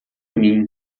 mim